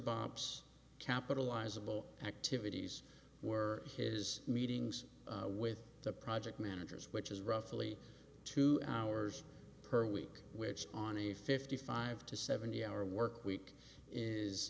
bops capitalize of all activities were his meetings with the project managers which is roughly two hours per week which on a fifty five to seventy hour work week is